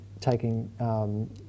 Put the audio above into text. taking